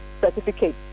certificate